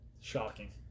Shocking